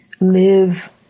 live